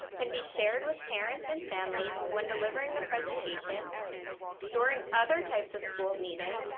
can be shared with parents and families when delivering the presentation during other types of school meetings,